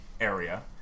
area